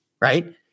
right